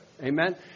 Amen